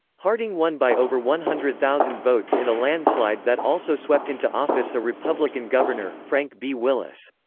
harding won by over one hundred thousand votes in a landslide that also swept into office a republican governor, frank b. willis.